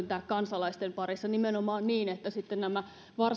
kansalaisten parissa nimenomaan niin että sitten nämä varsinaiset